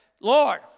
Lord